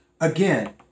Again